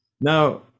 now